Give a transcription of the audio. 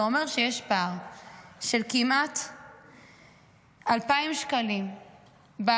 זה אומר שיש פער של כמעט 2,000 שקלים בחודש